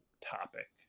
topic